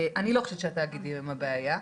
אני לא חושבת שהתאגידים הם הבעיה,